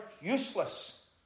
useless